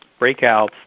breakouts